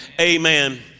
amen